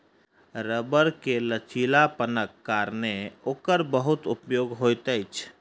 रबड़ के लचीलापनक कारणेँ ओकर बहुत उपयोग होइत अछि